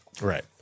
Right